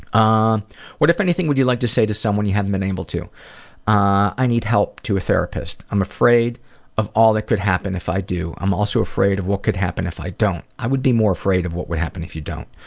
ah what, if anything, would you like to say to someone you haven't been able to i need help to a therapist. i'm afraid of all that could happen if i do. i'm also afraid of what could happen if i don't. i would be more afraid of what would happen if you don't.